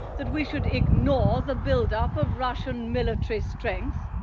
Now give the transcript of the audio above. but we should ignore the build-up of russian military strengths.